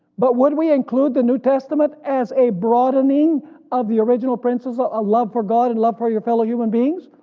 but would we include the new testament as a broadening of the original principles of love for god and love for your fellow human beings?